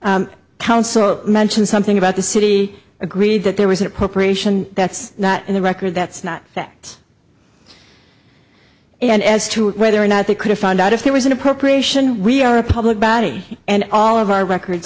case council mentioned something about the city agreed that there was an operation that's not in the record that's not that and as to whether or not they could have found out if there was an appropriation we are a public body and all of our records